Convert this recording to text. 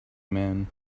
man